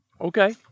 Okay